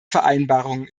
vereinbarungen